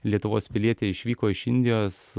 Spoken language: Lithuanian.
lietuvos pilietė išvyko iš indijos